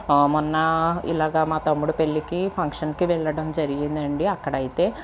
మొన్నా ఇలాగ మా తమ్ముడి పెళ్ళికి ఫంక్షన్కి వెళ్ళడం జరిగిందండి అక్కడైతే